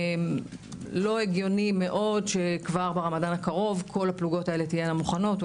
לא הגיוני מאוד שכבר ברמדאן הקרוב כל הפלוגות האלה תהיינה מוכנות,